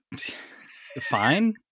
fine